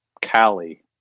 Cali